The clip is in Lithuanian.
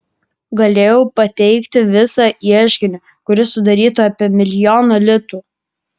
galėjau pateikti visą ieškinį kuris sudarytų apie milijoną litų